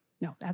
no